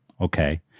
Okay